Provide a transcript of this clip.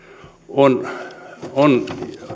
on on